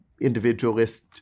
individualist